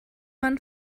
man